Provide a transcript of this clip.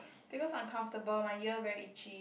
because uncomfortable my ear very itchy